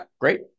Great